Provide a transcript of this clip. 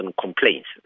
complaints